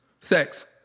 Sex